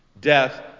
Death